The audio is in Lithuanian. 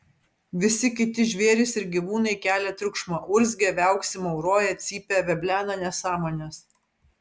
visi kiti žvėrys ir gyvūnai kelia triukšmą urzgia viauksi mauroja cypia veblena nesąmones